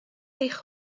eich